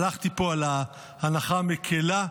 הלכתי פה על ההנחה המקלה,